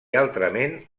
altrament